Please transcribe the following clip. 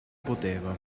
poteva